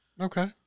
Okay